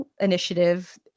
initiative